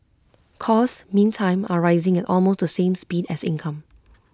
costs meantime are rising at almost the same speed as income